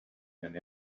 and